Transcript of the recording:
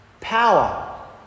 power